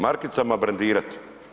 Markicama brendirati.